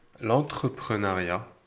l'entrepreneuriat